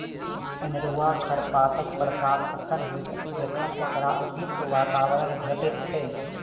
अनेरूआ खरपातक प्रसार तखन होइत अछि जखन ओकरा उपयुक्त वातावरण भेटैत छै